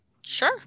Sure